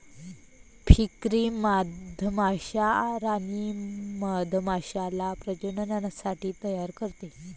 फ्रीकरी मधमाश्या राणी मधमाश्याला प्रजननासाठी तयार करते